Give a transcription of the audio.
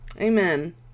amen